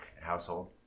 household